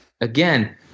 Again